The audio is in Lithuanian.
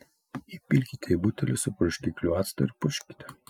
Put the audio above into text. įpilkite į butelį su purškikliu acto ir purkškite